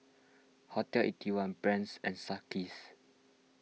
Hotel Eighty One Brand's and Sunkist